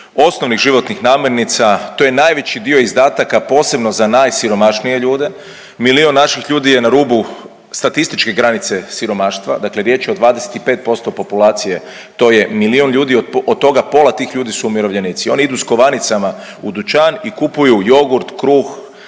osnovnih životnih namirnica to je najveći dio izdataka posebno za najsiromašnije ljude. Milijon naših ljudi je na rubu statističke granice siromaštva. Dakle, riječ je o 25% populacije, to je milijon ljudi. Od toga pola tih ljudi su umirovljenici. Oni idu sa kovanicama u dućan i kupuju jogurt, kruh,